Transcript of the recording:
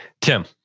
Tim